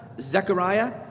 Zechariah